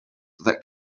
that